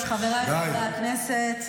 במקומך הייתי נכנס למקלט,